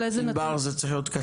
ענבר זה צריך להיות קצר.